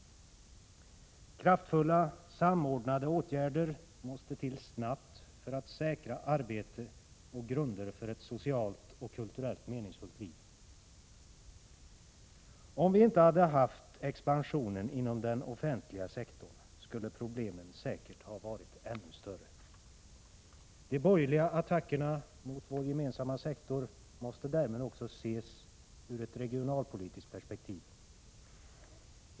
Kraftfulla samordnade åtgärder måste till snabbt för att säkra arbete och grunder för ett socialt och kulturellt meningsfullt liv. Om vi inte hade haft expansionen inom den offentliga sektorn skulle problemen säkert ha varit ännu större. De borgerliga attackerna mot vår gemensamma sektor måste därmed också ses ur ett regionalpolitiskt perspektiv.